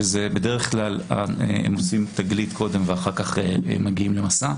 כשבדרך כלל הם עושים 'תגלית' קודם ואחר כך מגיעים ל'מסע'.